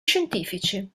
scientifici